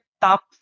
top